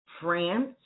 France